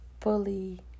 fully